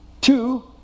Two